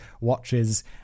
watches